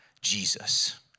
Jesus